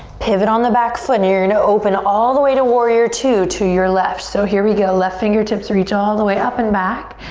pivot on the back foot. you're gonna open all the way to warrior ii to your left. so here we go, left fingertips reach all the way up and back.